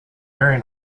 very